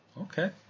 Okay